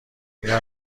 اگه